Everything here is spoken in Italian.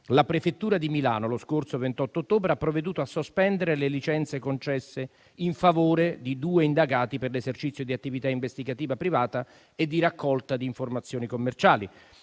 la prefettura di Milano, lo scorso 28 ottobre, ha provveduto a sospendere le licenze concesse in favore di due indagati per l'esercizio di attività investigativa privata e di raccolta di informazioni commerciali.